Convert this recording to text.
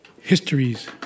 histories